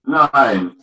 nine